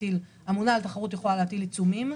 הממונה על התחרות יכולה להטיל עיצומים.